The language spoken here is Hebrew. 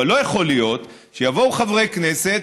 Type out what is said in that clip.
אבל לא יכול להיות שיבואו חברי כנסת,